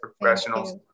professionals